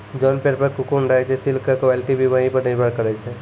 जोन पेड़ पर ककून रहै छे सिल्क के क्वालिटी भी वही पर निर्भर करै छै